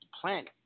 planet